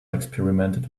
experimented